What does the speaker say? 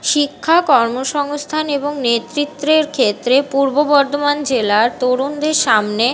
শিক্ষা কর্ম সংস্থান এবং নেতৃত্বের ক্ষেত্রে পূর্ব বর্ধমান জেলার তরুণদের সামনে